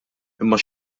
imma